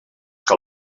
que